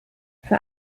für